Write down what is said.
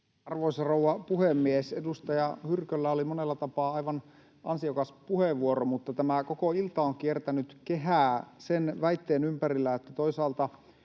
Arvoisa rouva puhemies! Edustaja Hyrköllä oli monella tapaa aivan ansiokas puheenvuoro. Mutta tämä koko ilta on kiertänyt kehää sen väitteen ympärillä... Toisaalta